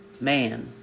man